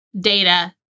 Data